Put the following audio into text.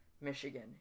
Michigan